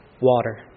water